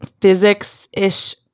physics-ish